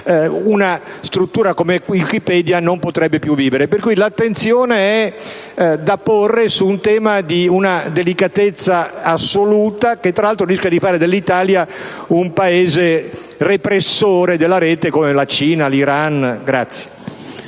una struttura come Wikipedia non potrebbe più vivere. Pertanto l'attenzione è da porre su un tema di una delicatezza assoluta, che tra l'altro rischia di fare dell'Italia un Paese repressore della Rete, come la Cina o l'Iran.